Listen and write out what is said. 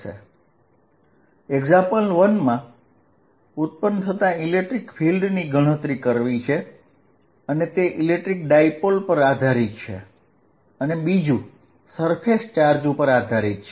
હું ઉદાહરણ 1 માં ઉત્પન્ન થતા ઈલેક્ટ્રીક ફિલ્ડની ગણતરી કરું છું અને તે વિદ્યુત દ્વિધ્રુવ પર છે બીજું સરફેસ ચાર્જ ઉપર આધારિત છે